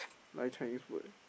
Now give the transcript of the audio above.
like Chinese food